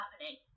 happening